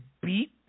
beat